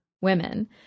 women